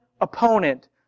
opponent